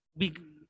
big